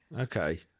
Okay